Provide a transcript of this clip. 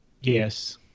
Yes